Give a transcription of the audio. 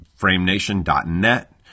Framenation.net